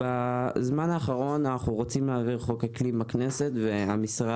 בזמן האחרון אנחנו רוצים להעביר חוק אקלים בכנסת והמשרד